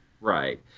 Right